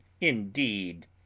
indeed